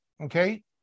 okay